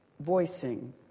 voicing